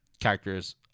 characters